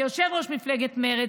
כיושב-ראש מפלגת מרצ,